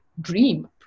dream